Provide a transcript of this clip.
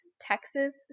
Texas